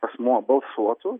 asmuo balsuotų